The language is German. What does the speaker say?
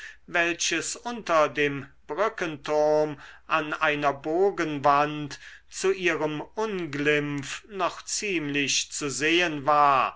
welches unter dem brückenturm an einer bogenwand zu ihrem unglimpf noch ziemlich zu sehen war